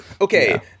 Okay